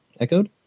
echoed